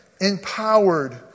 Empowered